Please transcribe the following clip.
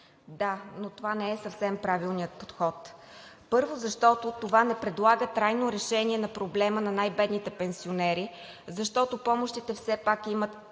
Да, но това не е съвсем правилният подход, защото това не предлага трайно решение на проблема на най-бедните пенсионери, защото помощите все пак имат